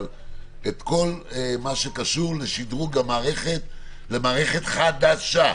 אבל כל מה שקשור לשדרוג המערכת למערכת חדשה.